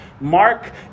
Mark